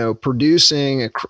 producing